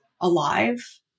alive